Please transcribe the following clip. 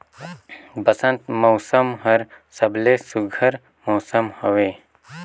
बंसत मउसम हर सबले सुग्घर मउसम हवे